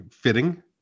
fitting